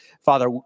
Father